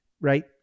right